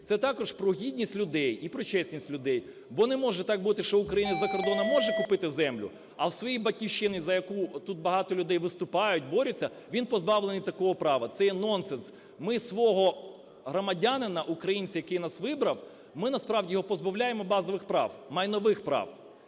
це також про гідність людей і про чесність людей. Бо не може так бути, що українець за кордоном може купити землю, а в своїй Батьківщині, за яку тут багато людей виступають, борються, він позбавлений такого права. Це є нонсенс. Ми свого громадянина українця, який нас вибрав, ми насправді його позбавляємо базових прав, майнових прав.